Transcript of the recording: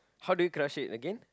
how do you crush it again